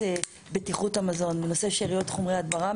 בטיחות המזון: בנושא שאריות חומרי הדברה,